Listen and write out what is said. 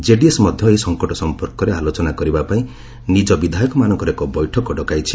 JDS ମଧ୍ୟ ଏହି ସଙ୍କଟ ସମ୍ପର୍କରେ ଆଲୋଚନା କରିବାପାଇଁ ନିଜ ବିଧାୟକମାନଙ୍କର ଏକ ବୈଠକ ଡକାଇଛି